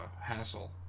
hassle